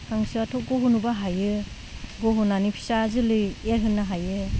हांसोआथ' गहोनोबो हायो गहोनानै फिसा जोलै एरहोनो हायो